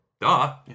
duh